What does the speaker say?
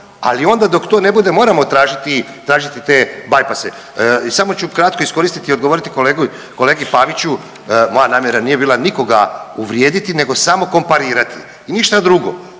Ali onda dok to ne bude moramo tražiti te bypasse. I samo ću kratko iskoristiti i odgovoriti kolegi Paviću, moja namjera nije bila nikoga uvrijediti, nego samo komparirati i ništa drugo.